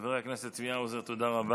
חבר הכנסת צבי האוזר, תודה רבה.